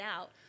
out